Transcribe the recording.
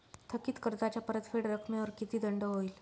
थकीत कर्जाच्या परतफेड रकमेवर किती दंड होईल?